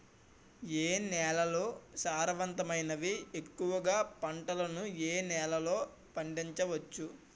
ఏ నేలలు సారవంతమైనవి? ఎక్కువ గా పంటలను ఏ నేలల్లో పండించ వచ్చు?